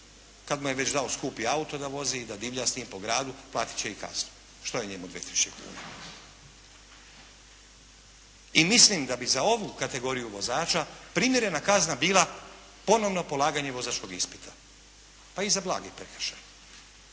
kad mu je već dao skupi auto da vozi i da divlja s njim po gradu platit će i kaznu, šta je njemu 2 tisuće kuna. I mislim da bi za ovu kategoriju vozača primjerena kazna bila ponovno polaganje vozačkog ispita, pa i za blagi prekršaj.